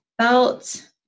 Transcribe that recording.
felt